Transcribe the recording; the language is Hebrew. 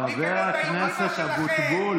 חבר הכנסת אבוטבול